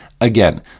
again